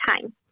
time